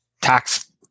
tax